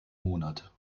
monat